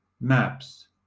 maps